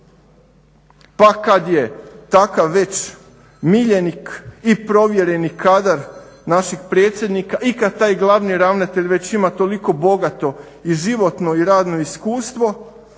Pa kad je takav već miljenik i provjereni kadar našeg predsjednika i kad taj glavni ravnatelj već ima toliko bogato i životno i radno iskustvo